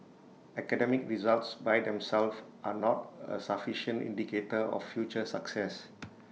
academic results by themselves are not A sufficient indicator of future success